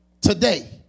today